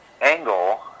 angle